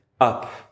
up